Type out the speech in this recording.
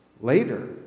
later